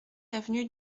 avenue